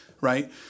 Right